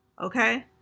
Okay